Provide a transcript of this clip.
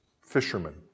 fishermen